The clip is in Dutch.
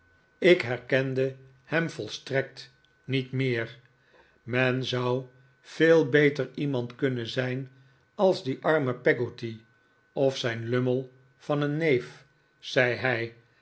ik herkende hem volstrekt niet meer men zou veel beter iemand kunnen zijn als die arme peggptty of zijn lummel van een neef zei hij